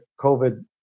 COVID